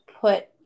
put